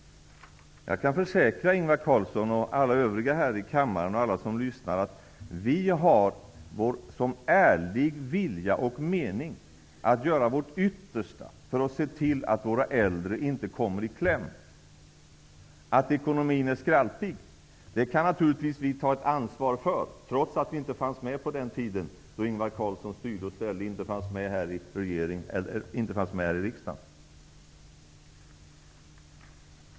Jag kan försäkra Ingvar Carlsson och alla övriga här i kammaren och alla som lyssnar, att vi har som vår ärliga vilja och mening att göra vårt yttersta för att se till att våra äldre inte kommer i kläm. Att ekonomin är skraltig kan vi naturligtvis ta ett ansvar för, trots att vi inte fanns med på den tiden då Ingvar Carlsson styrde och ställde. Vi fanns inte med i regeringen och inte heller i riksdagen.